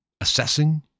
assessing